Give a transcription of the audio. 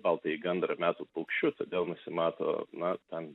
baltąjį gandrą metų paukščiu todėl nusimato na tam